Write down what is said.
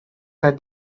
said